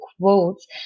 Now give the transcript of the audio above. quotes